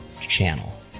channel